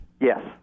Yes